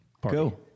Go